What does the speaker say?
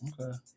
Okay